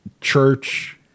church